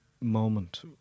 moment